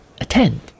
attend